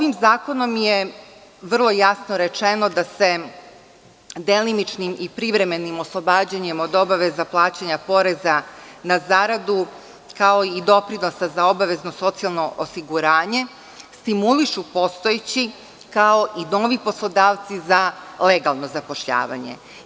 Ovim zakonom je vrlo jasno rečeno da se delimičnim i privremenim oslobađanjem od obaveze plaćanja poreza na zaradu, kao i doprinosa za obavezno socijalno osiguranje, stimulišu postojeći, kao i novi poslodavci za legalno zapošljavanje.